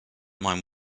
mind